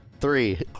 Three